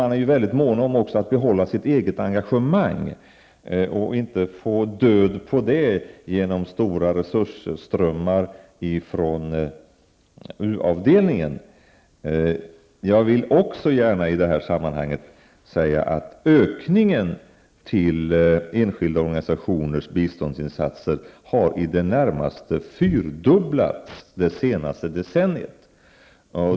De är ju också mycket mån om att behålla sitt eget engagemang och inte ta död på det genom stora resursströmmar från U-avdelningen. Jag vill också gärna i detta sammanhang säga att medlen till enskilda organisationers biståndsinsatser i det närmaste har fyrdubblats under det senaste decenniet.